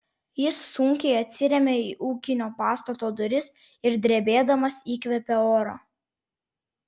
jis sunkiai atsirėmė į ūkinio pastato duris ir drebėdamas įkvėpė oro